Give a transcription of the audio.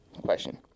Question